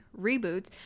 reboots